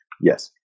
yes